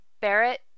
Barrett